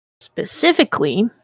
Specifically